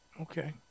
Okay